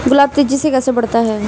गुलाब तेजी से कैसे बढ़ता है?